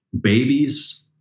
babies